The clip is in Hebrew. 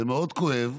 זה מאוד כואב,